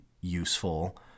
useful